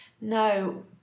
No